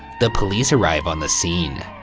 the police arrive on the scene.